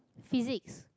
physics